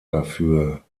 dafür